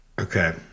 Okay